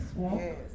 Yes